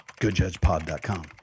Goodjudgepod.com